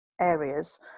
areas